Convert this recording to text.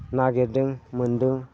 नागिरदों मोन्दों